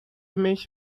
mich